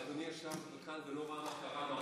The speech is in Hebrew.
אדוני ישב כאן ולא ראה מה קרה מאחורי,